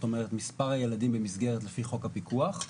זאת אומרת, מספר הילדים במסגרת לפי חוק הפיקוח.